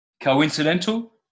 Coincidental